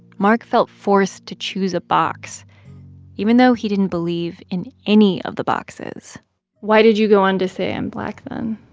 mark felt forced to choose a box even though he didn't believe in any of the boxes why did you go on to say i'm black then?